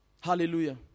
Hallelujah